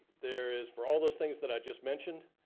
there is, for all those things that i just mentioned,